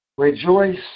Rejoice